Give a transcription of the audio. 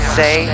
say